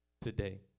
today